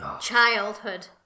childhood